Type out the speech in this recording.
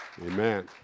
Amen